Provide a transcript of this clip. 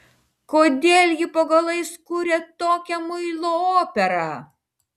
kodėl ji po galais kuria tokią muilo operą